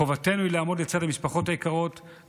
חובתנו היא לעמוד לצד המשפחות היקרות,